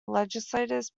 legislators